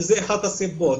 זאת אחת הסיבות.